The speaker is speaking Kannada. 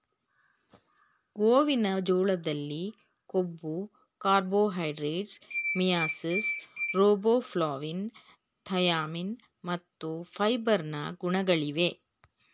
ಗೋವಿನ ಜೋಳದಲ್ಲಿ ಕೊಬ್ಬು, ಕಾರ್ಬೋಹೈಡ್ರೇಟ್ಸ್, ಮಿಯಾಸಿಸ್, ರಿಬೋಫ್ಲಾವಿನ್, ಥಯಾಮಿನ್ ಮತ್ತು ಫೈಬರ್ ನ ಗುಣಗಳಿವೆ